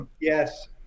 yes